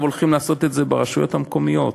הולכים לעשות את זה ברשויות המקומיות,